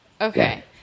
Okay